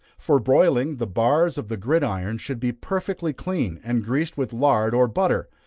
for broiling, the bars of the gridiron should be perfectly clean, and greased with lard or butter,